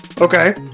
Okay